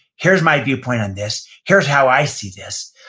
here's my viewpoint on this. here's how i see this.